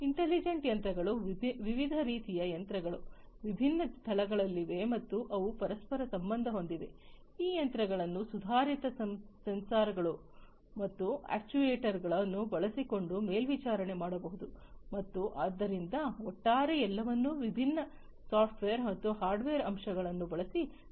intelligent ಯಂತ್ರಗಳು ವಿವಿಧ ರೀತಿಯ ಯಂತ್ರಗಳು ವಿಭಿನ್ನ ಸ್ಥಳಗಳಲ್ಲಿವೆ ಮತ್ತು ಅವು ಪರಸ್ಪರ ಸಂಬಂಧ ಹೊಂದಿವೆ ಈ ಯಂತ್ರಗಳನ್ನು ಸುಧಾರಿತ ಸೆನ್ಸಾರ್ಗಳು ಮತ್ತು ಅಕ್ಚುಯೆಟರ್ಗಳನ್ನು ಬಳಸಿಕೊಂಡು ಮೇಲ್ವಿಚಾರಣೆ ಮಾಡಬಹುದು ಮತ್ತು ಆದ್ದರಿಂದ ಒಟ್ಟಾರೆ ಎಲ್ಲವನ್ನೂ ವಿಭಿನ್ನ ಸಾಫ್ಟ್ವೇರ್ ಮತ್ತು ಹಾರ್ಡ್ವೇರ್ ಅಂಶಗಳನ್ನು ಬಳಸಿ ಸಂಪರ್ಕಿಸಲಾಗಿದೆ